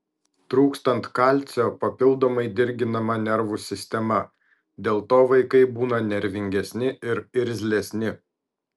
trūkstant kalcio papildomai dirginama nervų sistema dėl to vaikai būna nervingesni ir irzlesni